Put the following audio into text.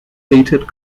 hated